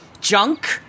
Junk